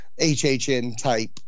HHN-type